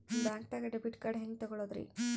ಬ್ಯಾಂಕ್ದಾಗ debit card ಹೆಂಗ್ ತಗೊಳದ್ರಿ?